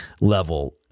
level